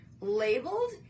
labeled